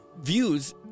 views